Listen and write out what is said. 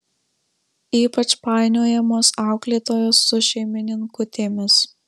ypač painiojamos auklėtojos su šeimininkutėmis